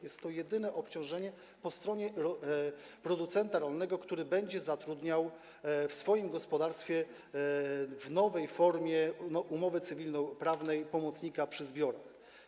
Jest to jedyne obciążenie po stronie producenta rolnego, który będzie zatrudniał w swoim gospodarstwie na podstawie nowej formy umowy cywilnoprawnej pomocnika przy zbiorach.